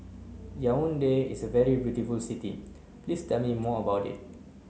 Yaounde is a very beautiful city Please tell me more about it